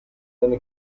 eine